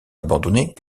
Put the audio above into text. abandonnée